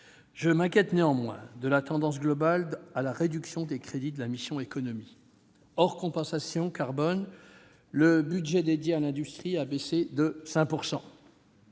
Je m'inquiète, néanmoins, de la tendance globale à la réduction des crédits de la mission « Économie ». Hors compensation carbone, le budget dédié à l'industrie baisse cette